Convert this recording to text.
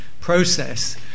process